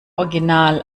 original